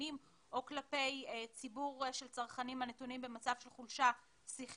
קטינים או כלפי ציבור של צרכנים הנתונים במצב של חולשה שכלית,